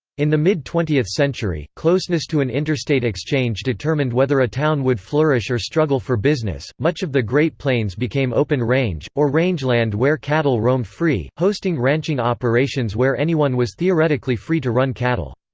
in the mid twentieth century, closeness to an interstate exchange determined whether a town would flourish or struggle for business much of the great plains became open range, or rangeland where cattle roamed free, hosting ranching operations where anyone was theoretically free to run cattle.